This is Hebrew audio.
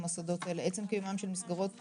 המוסדות האלה, עצם קיומן של מסגרות גדולות,